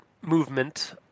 movement